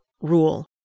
rule